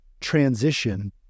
transition